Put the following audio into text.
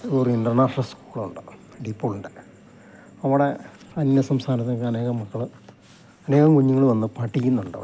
ഒരു ഇൻറ്റർനാഷണൽ സ്കൂളുണ്ട് ഡീപ്പോളിൻ്റെ അവിടെ അന്യസംസ്ഥാനത്ത് നിന്നൊക്കെ അനേകം മക്കള് അനേകം കുഞ്ഞുങ്ങള് വന്ന് പഠിക്കുന്നുണ്ട് അവിടെ